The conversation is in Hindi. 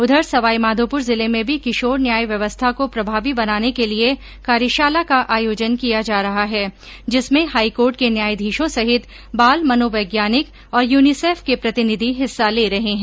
उधर सवाईमाधोपुर जिले में भी किशोर न्याय व्यवस्था को प्रभावी बनाने के लिए कार्यशाला का आयोजन किया जा रहा है जिसमें हाईकोर्ट के न्यायाधीशों सहित बाल मनो वैज्ञानिक और यूनिसेफ के प्रतिनिधि हिस्सा ले रहे हैं